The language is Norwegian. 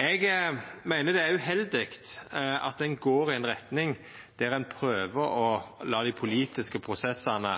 Eg meiner det er uheldig at ein går i ei retning der ein prøver å lata dei politiske prosessane